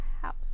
house